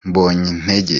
mbonyintege